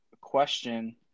Question